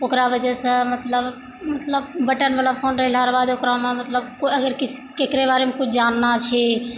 ओकरा वजहसँ मतलब मतलब बटनवला फोन रहै ओकरामे मतलब कोइ अगर किस ककरो बारेमे कुछ जानना छी